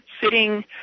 sitting